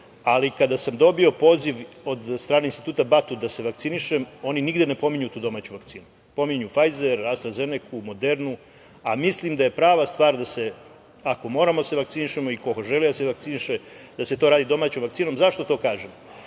ali kada sam dobio poziv od strane Instituta „Batut“ da se vakcinišem, oni nigde ne pominju tu domaću vakcinu. Pominju „Fajzer“, „Astra Zeneku“, „Modernu“, a mislim da je prava stvar da se, ako moramo da se vakcinišemo i ko želi da se vakciniše, da se to radi domaćom vakcinom. Zašto to kažem?